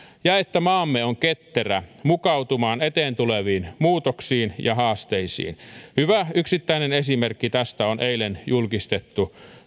ja että maamme on ketterä mukautumaan eteen tuleviin muutoksiin ja haasteisiin hyvä yksittäinen esimerkki tästä on eilen julkistettu